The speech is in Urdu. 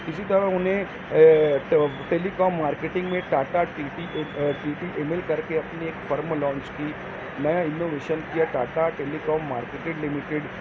اسی طرح انہیں ٹیلیکام مارکٹنگ میں Tata T T M L کر کے اپنی ایک فرم لانچ کی نئے اینویشن کیا ٹاٹا ٹیلیکام مارکٹڈ لیمٹڈ